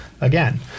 again